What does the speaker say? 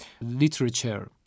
literature